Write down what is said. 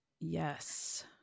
Yes